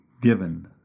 given